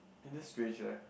in this strange eh